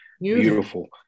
beautiful